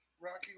Rocky